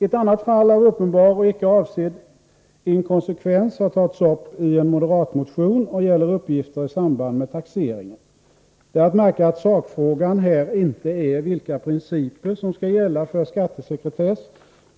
Ett annat fall av uppenbar och icke avsedd inkonsekvens har tagits uppi en moderat motion och gäller uppgifter i samband med taxeringen. Det är att märka att sakfrågan här inte är vilka principer som skall gälla för skattesekretess.